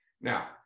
Now